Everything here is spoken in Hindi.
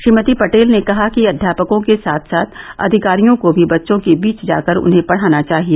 श्रीमती पटेल ने कहा कि अध्यापकों के साथ साथ अधिकारियों को भी बच्चों के बीच जाकर उन्हें पढाना चाहिए